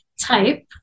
type